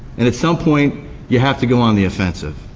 and at some point you have to go on the offensive.